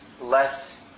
less